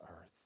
earth